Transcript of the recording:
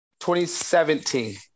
2017